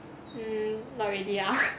mm not really lah